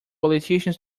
politician